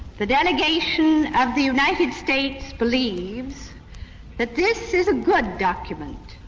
the delegation of the united states believes that this is a good document,